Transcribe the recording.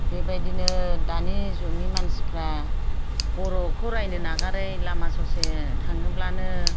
बेबायदिनो दानि जुगनि मानसिफ्रा बर'खौ रायनो नागारै लामा ससे थाङोब्लानो